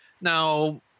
Now